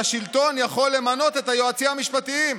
שהשלטון יכול למנות את היועצים המשפטיים,